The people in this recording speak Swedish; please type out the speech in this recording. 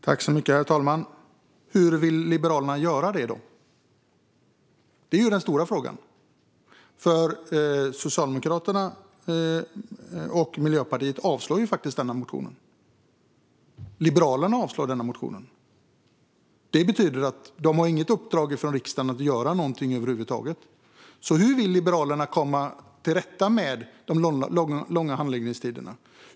Herr talman! Hur vill då Liberalerna göra det? Det är den stora frågan. Socialdemokraterna och Miljöpartiet avstyrker denna motion, och Liberalerna avstyrker denna motion. Det betyder att de inte har något uppdrag från riksdagen att göra någonting över huvud taget. Hur vill Liberalerna komma till rätta med de långa handläggningstiderna?